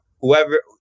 whoever